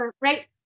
right